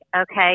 Okay